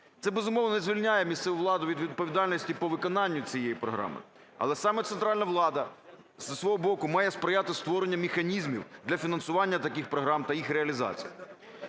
Це, безумовно, не звільняє місцеву владу від відповідальності по виконанню цієї програми, але саме центральна влада зі свого боку має сприяти створенню механізмів для фінансування таких програм та їх реалізації.